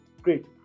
Great